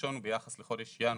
הראשון הוא ביחס לחודש ינואר.